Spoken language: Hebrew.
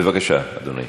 בבקשה, אדוני.